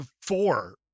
Four